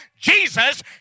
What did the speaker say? Jesus